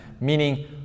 meaning